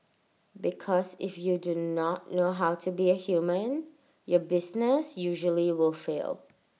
because if you do not know how to be A human your business usually will fail